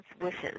wishes